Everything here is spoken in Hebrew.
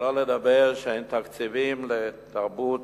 שלא לדבר שאין תקציבים לתרבות,